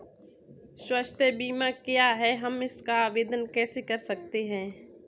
स्वास्थ्य बीमा क्या है हम इसका आवेदन कैसे कर सकते हैं?